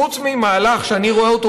חוץ ממהלך שאני רואה אותו,